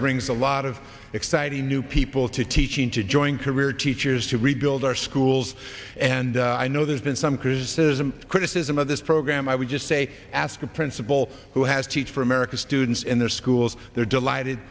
brings a lot of exciting new people to teaching to join career teachers to rebuild our schools and i know there's been some criticism criticism of this program i would just say ask a principal who has teach for america students in their schools they're delighted